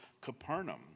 Capernaum